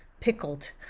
pickled